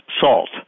salt